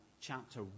chapter